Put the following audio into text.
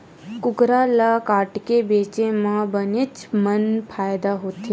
कुकरा ल काटके बेचे म बनेच पन फायदा होथे